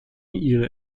ihre